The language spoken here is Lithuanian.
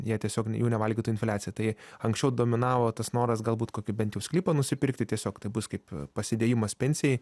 jie tiesiog jų nevalgytų infliacija tai anksčiau dominavo tas noras galbūt kokį bent sklypą nusipirkti tiesiog tai bus kaip pasidėjimas pensijai